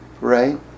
right